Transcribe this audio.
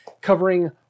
covering